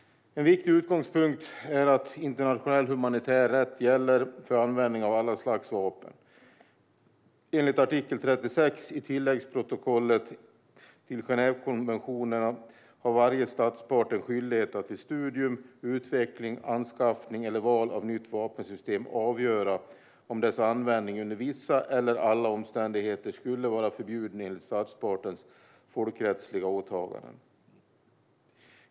En viktig utgångspunkt är att internationell humanitär rätt gäller för användning av alla slags vapen. Enligt artikel 36 i tilläggsprotokoll I till Genèvekonventionerna har varje statspart en skyldighet att vid studium, utveckling, anskaffning eller val av ett nytt vapensystem avgöra om dess användning under vissa eller alla omständigheter skulle vara förbjuden enligt statspartens folkrättsliga åtaganden.